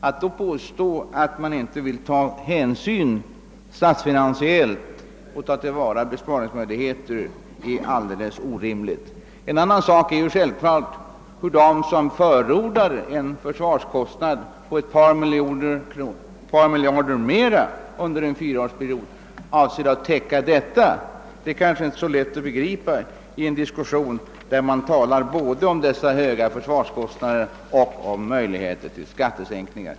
Att då påstå att man inte vill ta hänsyn statsfinansiellt och ta vara på besparingsmöjligheterna är alldeles orimligt. Hur vissa som förordar en försvarskostnad på ett par miljarder mera under en fyraårsperiod avser att täcka detta är en annan fråga. Det kanske inte är så lätt att begripa att man kan tala både om dessa höga försvarskostnader och om möjligheter till skattesänkningar.